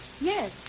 Yes